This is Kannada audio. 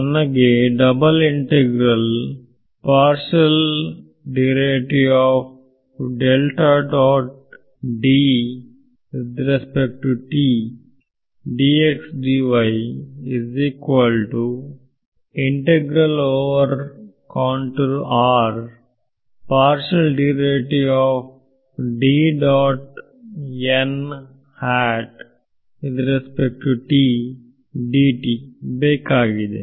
ನನಗೆ ಬೇಕಾಗಿದೆ